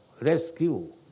rescue